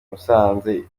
musanze